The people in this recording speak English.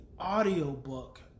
audiobook